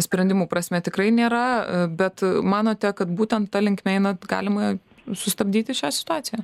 sprendimų prasme tikrai nėra bet manote kad būtent ta linkme einant galima sustabdyti šią situaciją